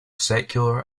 secular